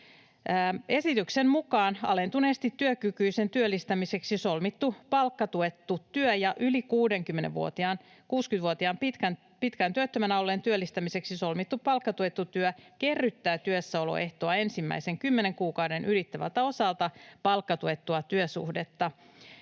Esityksen mukaan alentuneesti työkykyisen työllistämiseksi solmittu palkkatuettu työ ja yli 60-vuotiaan, pitkään työttömänä olleen työllistämiseksi solmittu palkkatuettu työ kerryttää työssäoloehtoa ensimmäisen kymmenen kuukauden ylittävältä osalta palkkatuettua työsuhdetta.